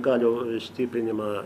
galių stiprinimą